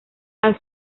han